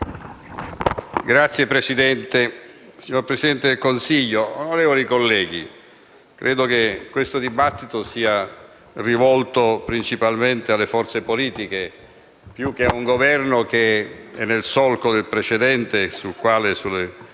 Signor Presidente, signor Presidente del Consiglio, onorevoli colleghi, credo che questo dibattito sia principalmente rivolto alle forze politiche più che a un Governo che è nel solco del precedente, sul quale